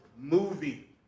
movie